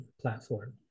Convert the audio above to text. platform